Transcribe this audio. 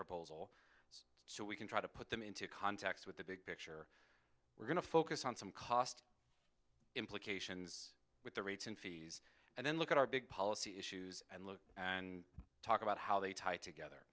proposal so we can try to put them into context with the big picture we're going to focus on some cost implications with the rates and fees and then look at our big policy issues and look and talk about how they tie together